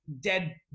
Dead